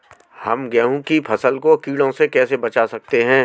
हम गेहूँ की फसल को कीड़ों से कैसे बचा सकते हैं?